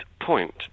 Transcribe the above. point